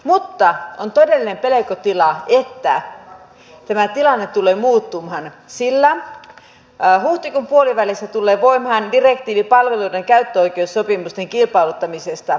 mutta on todellinen pelkotila että tämä tilanne tulee muuttumaan sillä huhtikuun puolivälissä tulee voimaan direktiivi palveluiden käyttöoikeussopimusten kilpailuttamisesta